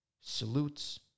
salutes